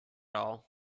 all